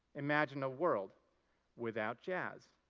imagine a world without jazz.